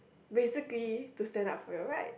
basically to stand up for your right